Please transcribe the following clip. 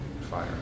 fire